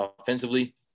offensively